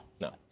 No